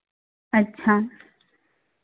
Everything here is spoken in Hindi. अच्छा